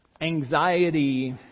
Anxiety